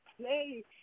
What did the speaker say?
play